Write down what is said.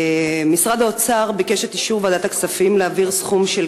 משרד האוצר ביקש את אישור ועדת הכספים להעברת סכום של